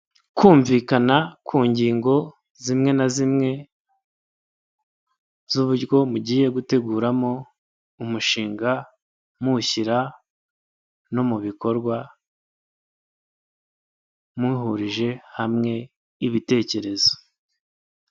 Kumvikana ku ngingo zimwe na zimwe z'uburyo mugiye guteguramo umushinga muwushyira no mu bikorwa muhurije hamwe ibitekerezo.